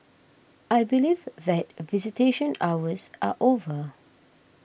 I believe that visitation hours are over